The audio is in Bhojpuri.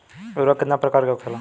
उर्वरक कितना प्रकार के होखेला?